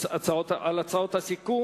על הצעות הסיכום.